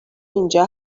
اینجا